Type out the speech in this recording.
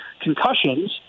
concussions